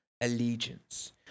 allegiance